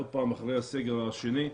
עוד פעם אחרי הסגר השני,